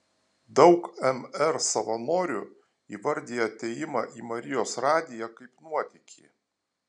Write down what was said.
daug mr savanorių įvardija atėjimą į marijos radiją kaip nuotykį